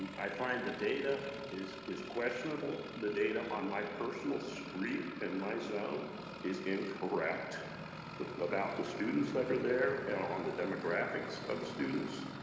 i find the data is is questionable. the data on my personal street and my zone is incorrect but about the students that are there, and on the demographics of the students.